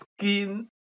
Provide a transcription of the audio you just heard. skin